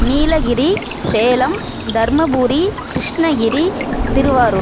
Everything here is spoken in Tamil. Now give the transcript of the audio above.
நீலகிரி சேலம் தர்மபுரி கிருஷ்ணகிரி திருவாரூர்